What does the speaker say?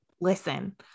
Listen